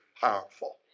powerful